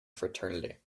fraternity